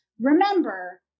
remember